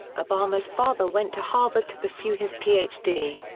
obama's father went to harvard to pursue his ph d.